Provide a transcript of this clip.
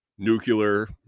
Nuclear